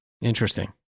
Interesting